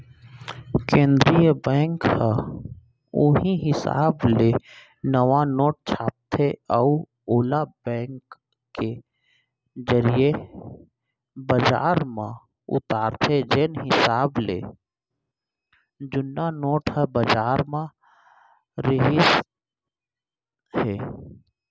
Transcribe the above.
केंद्रीय बेंक ह उहीं हिसाब ले नवा नोट छापथे अउ ओला बेंक के जरिए बजार म उतारथे जेन हिसाब ले जुन्ना नोट ह बजार म रिहिस हे